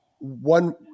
One